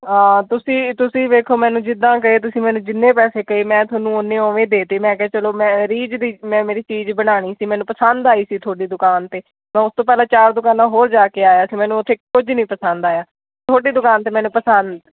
ਆ ਤੁਸੀਂ ਤੁਸੀਂ ਵੇਖੋ ਮੈਨੂੰ ਜਿੱਦਾਂ ਗਏ ਤੁਸੀਂ ਮੈਨੂੰ ਜਿੰਨੇ ਪੈਸੇ ਕਹੇ ਮੈਂ ਤੁਹਾਨੂੰ ਓਨੇ ਓਵੇਂ ਦੇ ਤੇ ਮੈਂ ਕਿਹਾ ਚਲੋ ਮੈਂ ਰੀਜ ਮੈਂ ਮੇਰੀ ਚੀਜ਼ ਬਣਾਉਣੀ ਸੀ ਮੈਨੂੰ ਪਸੰਦ ਆਈ ਸੀ ਤੁਹਾਡੀ ਦੁਕਾਨ ਉਤੇ ਮੈਂ ਉਸ ਤੋਂ ਪਹਿਲਾਂ ਚਾਰ ਦੁਕਾਨਾਂ ਹੋਰ ਜਾ ਕੇ ਆਇਆ ਸੀ ਮੈਨੂੰ ਉੱਥੇ ਕੁਝ ਨਹੀਂ ਪਸੰਦ ਆਇਆ ਤੁਹਾਡੇ ਦੁਕਾਨ 'ਤੇ ਮੈਨੂੰ ਪਸੰਦ